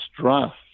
draft